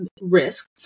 risk